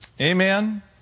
amen